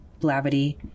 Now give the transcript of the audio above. Blavity